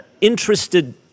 interested